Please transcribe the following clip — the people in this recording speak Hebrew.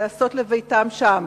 לעשות לביתם שם,